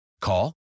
Call